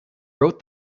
wrote